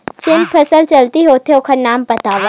जेन फसल जल्दी होथे ओखर नाम बतावव?